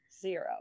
zero